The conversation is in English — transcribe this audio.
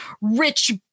rich